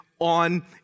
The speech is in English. on